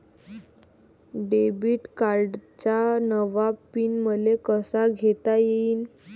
Debit कार्डचा नवा PIN मले कसा घेता येईन?